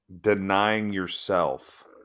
denying-yourself